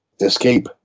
escape